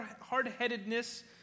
hard-headedness